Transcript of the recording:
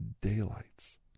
daylights